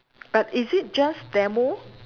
but is it just demo